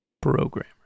Programmer